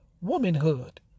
womanhood